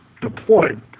deployed